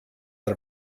out